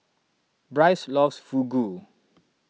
Brice loves Fugu